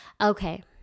Okay